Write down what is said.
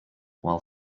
while